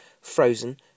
frozen